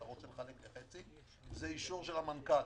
ורוצים לחלק לחצי - זה באישור המנכ"ל